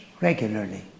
regularly